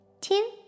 two